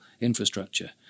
infrastructure